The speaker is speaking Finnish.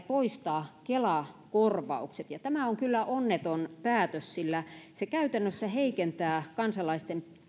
poistaa kela korvaukset tämä on kyllä onneton päätös sillä se käytännössä heikentää kansalaisten